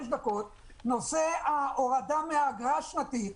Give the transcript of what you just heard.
דקות נושא ההורדה מהאגרה השנתית.